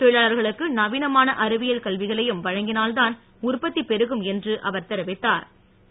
தொழிலாளர்களுக்கு நவீனமான அறி விய ல் கல் வி களையும் வழங் கினால் தான் உற்பத் தி பெருகும் என்று அவ ர் தெ ரி வி த் தா ர்